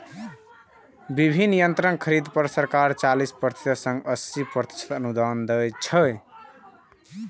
विभिन्न यंत्रक खरीद पर सरकार चालीस प्रतिशत सं अस्सी प्रतिशत अनुदान दै छै